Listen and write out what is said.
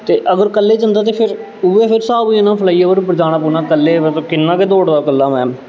ते अगर कल्ले जंदा ते फिर उ'ऐ फिर स्हाब होई जाना हा फ्लाई ओवर उप्पर जाना पौना कल्ले मतलब किन्ना गै दौड़दा कल्ला में